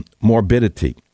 morbidity